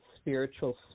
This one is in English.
spiritual